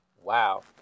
Wow